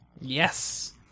Yes